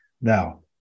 Now